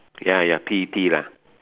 ya ya P E T lah